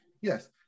Yes